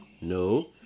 No